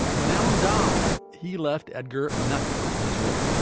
when allen died he left edgar nothing in his will